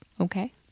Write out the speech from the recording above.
Okay